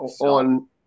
on